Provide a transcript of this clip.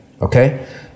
Okay